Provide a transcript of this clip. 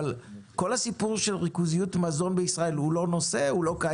אבל האם כל הסיפור של ריכוזיות מזון בישראל לא קיים?